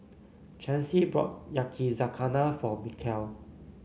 Chancy bought Yakizakana for Mikeal